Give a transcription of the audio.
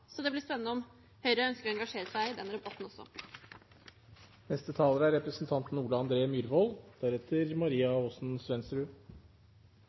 Det blir spennende å se om Høyre ønsker å engasjere seg i den debatten også.